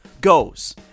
goes